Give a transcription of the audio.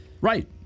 right